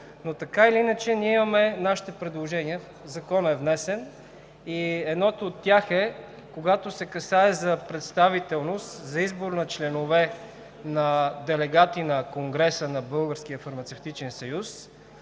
Но така или иначе ние имаме нашите предложения, Законът е внесен, и едното от тях е, когато се касае за представителност, за избор на членове, на делегати на Конгреса на Българския фармацевтичен съюз,